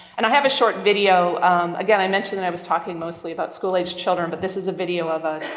and i have a short video, um again, i mentioned that i was talking mostly about school aged children, but this is a video of a